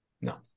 No